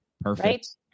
Perfect